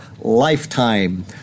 lifetime